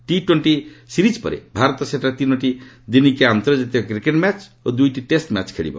ଟି twenty series ପରେ ଭାରତ ସେଠାରେ ତିନୋଟି ଏକଦିବସୀୟ ଆନ୍ତର୍ଜାତିକ କ୍ରିକେଟ୍ ମ୍ୟାଚ୍ ଓ ଦୁଇଟି ଟେଷ୍ଟ ମ୍ୟାଚ୍ ଖେଳିବ